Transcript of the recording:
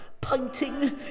painting